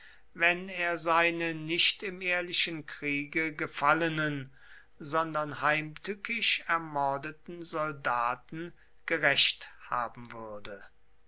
wenn er seine nicht im ehrlichen kriege gefallenen sondern heimtückisch ermordeten soldaten gerächt haben würde